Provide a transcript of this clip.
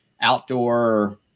outdoor